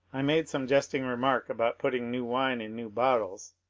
i made some jesting remark about putting new wine in new bottles,